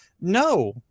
no